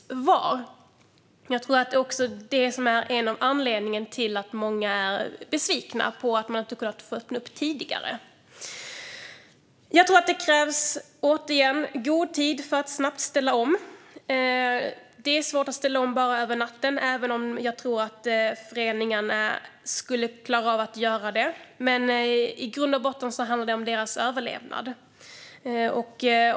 Jag tror att detta är en av anledningarna till att många är besvikna på att de inte har fått öppna upp tidigare. Jag tror, återigen, att det krävs gott om tid för att snabbt ställa om. Det är svårt att ställa om över natten, även om jag tror att föreningarna skulle klara av att göra det. I grund och botten handlar det om deras överlevnad.